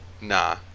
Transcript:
Nah